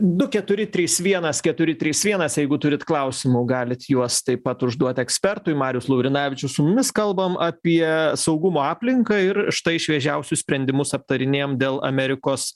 du keturi trys vienas keturi trys vienas jeigu turit klausimų galit juos taip pat užduoti ekspertui marius laurinavičius su mumis kalbam apie saugumo aplinką ir štai šviežiausius sprendimus aptarinėjam dėl amerikos